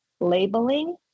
labeling